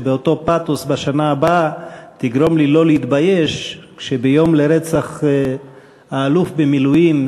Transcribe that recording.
שבאותו פתוס בשנה הבאה תגרום לי לא להתבייש כשביום לרצח האלוף במילואים,